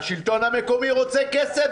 השלטון המקומי רוצה כסף,